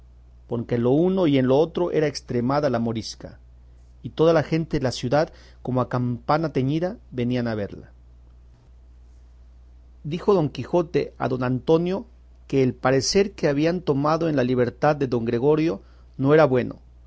porque en lo uno y en lo otro era estremada la morisca y toda la gente de la ciudad como a campana tañida venían a verla dijo don quijote a don antonio que el parecer que habían tomado en la libertad de don gregorio no era bueno